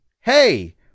hey